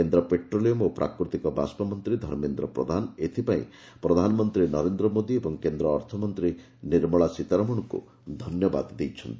କେନ୍ଦ ପେଟ୍ରୋଲିୟମ୍ ଓ ପ୍ରାକୃତିକ ବାଷ୍ବମନ୍ତୀ ଧର୍ମେନ୍ଦ ପ୍ରଧାନ ଏଥିପାଇଁ ପ୍ରଧାନମନ୍ଦୀ ନରେନ୍ଦ୍ର ମୋଦୀ ଏବଂ କେନ୍ଦ୍ର ଅର୍ଥମନ୍ତୀ ନିର୍ମଳା ସୀତାରମଣଙ୍କୁ ଧନ୍ୟବାଦ ଦେଇଛନ୍ତି